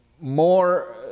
more